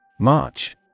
March